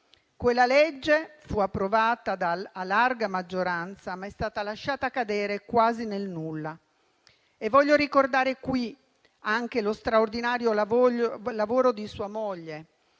Quella legge fu approvata a larga maggioranza, ma è stata lasciata cadere quasi nel nulla. Io voglio ricordare qui anche lo straordinario lavoro di sua moglie